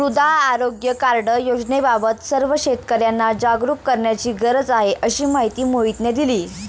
मृदा आरोग्य कार्ड योजनेबाबत सर्व शेतकर्यांना जागरूक करण्याची गरज आहे, अशी माहिती मोहितने दिली